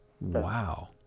Wow